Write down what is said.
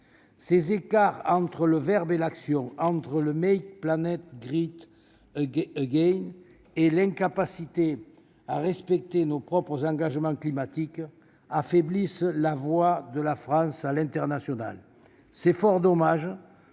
Ces écarts entre le verbe et l'action, entre le «» et l'incapacité à respecter nos propres engagements climatiques, affaiblissent la voix de la France sur la scène internationale. C'est fort dommage,